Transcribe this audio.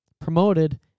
promoted